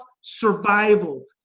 survival